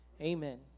amen